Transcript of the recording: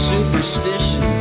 Superstition